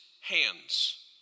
hands